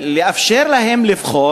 לאפשר להם לבחור.